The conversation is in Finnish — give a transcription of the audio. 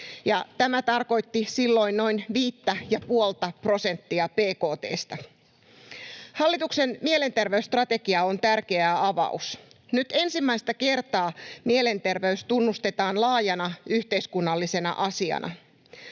tämä tarkoitti silloin noin 5,5:tä prosenttia bkt:stä. Hallituksen mielenterveysstrategia on tärkeä avaus. Nyt ensimmäistä kertaa mielenterveys tunnustetaan laajana yhteiskunnallisena asiana.